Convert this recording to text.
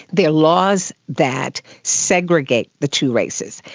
they are laws that segregate the two races.